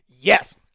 Yes